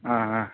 ஆ ஆ